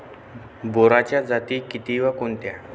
बोराच्या जाती किती व कोणत्या?